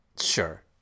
Sure